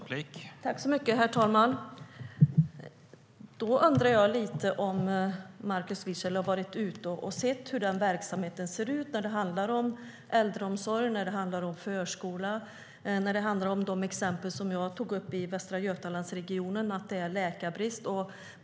Herr talman! Då undrar jag om Markus Wiechel har varit ute och sett hur verksamheterna ser ut när det handlar om äldreomsorg, förskola och det exempel från Västra Götalandsregionen som jag tog upp om läkarbristen.